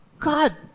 God